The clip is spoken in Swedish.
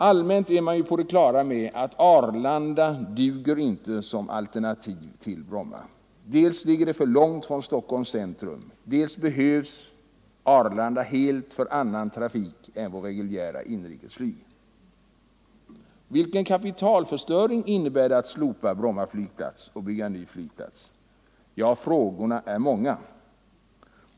Allmänt synes man vara på det klara med att Arlanda inte duger som alternativ till Bromma, dels ligger Arlanda för långt från Stockholms centrum, dels behövs Arlanda helt för annan trafik än vårt reguljära inrikesflyg. Vilken kapitalförstöring innebär det att slopa Bromma flygplats och i stället bygga en ny?